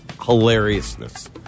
Hilariousness